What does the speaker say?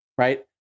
Right